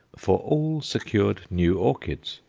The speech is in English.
for all secured new orchids,